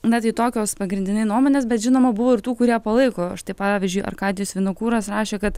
na tai tokios pagrindinai nuomonės bet žinoma buvo ir tų kurie palaiko štai pavyzdžiui arkadijus vinokuras rašė kad